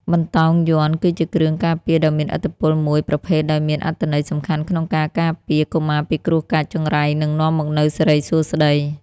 បន្តោងយ័ន្ត គឺជាគ្រឿងការពារដ៏មានឥទ្ធិពលមួយប្រភេទដោយមានអត្ថន័យសំខាន់ក្នុងការ ការពារ កុមារពីគ្រោះកាចចង្រៃ និងនាំមកនូវសិរីសួស្តី។